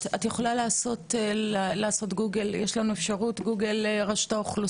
יש לנו אפשרות לעשות גוגל לרשות האוכלוסין ולהיכנס לאזור אישי?